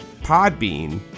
Podbean